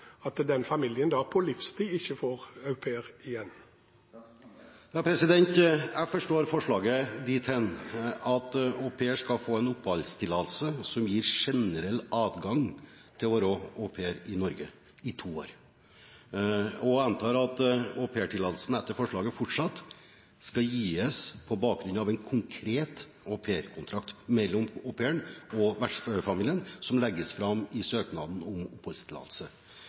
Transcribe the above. at den familien da – på livstid – ikke vil kunne få au pair igjen? Jeg forstår forslaget dit hen at en au pair skal få en oppholdstillatelse som gir generell adgang til å være au pair i Norge i to år, og jeg antar at aupairtillatelsen etter forslaget fortsatt skal gis på bakgrunn av en konkret aupairkontrakt mellom au pairen og vertsfamilien, som legges fram i søknaden om